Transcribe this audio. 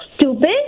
stupid